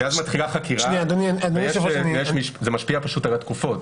כי אז מתחילה חקירה וזה משפיע על התקופות.